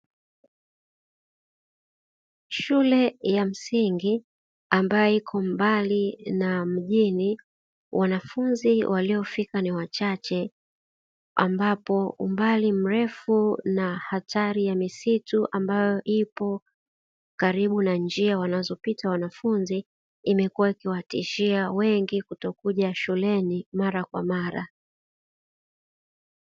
Shule ya msingi ambayo iko mbali na mjini wanafunzi waliofika ni wachache, ambapo umbali mrefu na hatari ya misitu ambayo ipo karibu na njia wanazopita wanafunzi imekua ikiwatishia wengi kutokuja shuleni mara kwa mara.